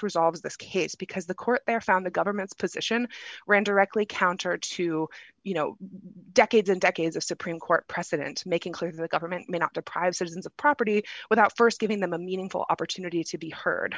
resolves this case because the court found the government's position ran directly counter to you know decades and decades of supreme court precedent making clear the government may not deprive citizens of property without st giving them a meaningful opportunity to be heard